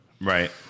right